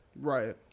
right